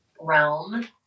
realm